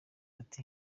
ati